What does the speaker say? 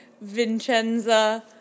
Vincenza